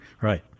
Right